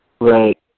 Right